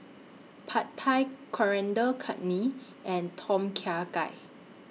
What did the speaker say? Pad Thai Coriander Chutney and Tom Kha Gai